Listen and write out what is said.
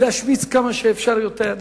להשמיץ כמה שאפשר יותר,